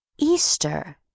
Easter